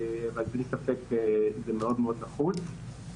אבל בלי ספק זה מאוד נחוץ.